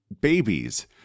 babies